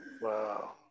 Wow